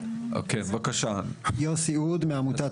אני מעמותת